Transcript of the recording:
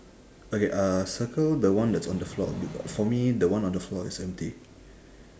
okay uh circle the one that's on the floor for me the one on the floor is empty